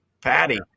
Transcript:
Patty